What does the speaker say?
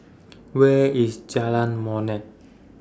Where IS Jalan Molek